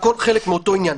מאותו עניין.